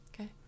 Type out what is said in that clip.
okay